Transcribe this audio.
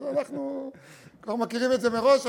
אז אנחנו כבר מכירים את זה מראש.